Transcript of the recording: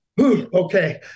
okay